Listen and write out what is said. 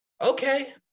Okay